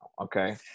okay